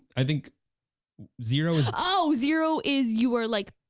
i think zero. oh zero is you were like.